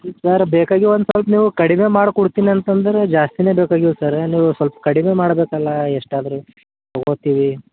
sir ಬೇಕಾಗಿವೆ ಒಂದು ಸ್ವಲ್ಪ ನೀವು ಕಡಿಮೆ ಮಾಡಿ ಕೊಡ್ತೀನಿ ಅಂತಂದರೆ ಜಾಸ್ತೀನೇ ಬೇಕಾಗಿವೆ ಸರ್ ನೀವು ಸ್ವಲ್ಪ ಕಡಿಮೆ ಮಾಡಬೇಕಲ್ಲ ಎಷ್ಟು ಆದರು ತಗೋತೀವಿ